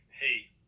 hey